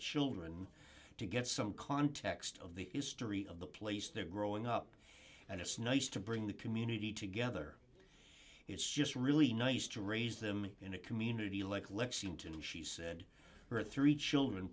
children to get some context of the history of the place they're growing up and it's nice to bring the community together it's just really nice to raise them in a community like lexington she said her three children